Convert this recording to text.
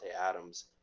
Adams